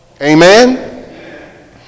Amen